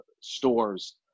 stores